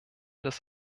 des